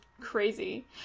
crazy